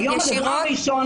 היום הדבר הראשון,